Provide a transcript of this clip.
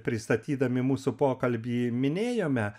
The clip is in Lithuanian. pristatydami mūsų pokalbį minėjome